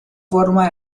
forma